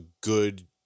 good